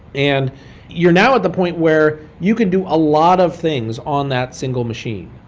and you're now at the point where you can do a lot of things on that single machine.